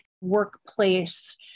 workplace